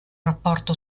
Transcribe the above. rapporto